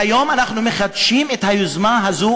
והיום אנחנו מחדשים את היוזמה הזאת,